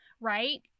right